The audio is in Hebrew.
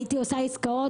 הייתי עושה עסקאות,